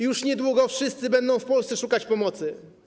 Już niedługo wszyscy będą w Polsce szukać pomocy.